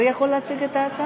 ועוברת לוועדת העבודה,